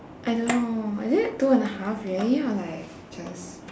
I don't know is it two and half already or like just